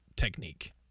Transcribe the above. technique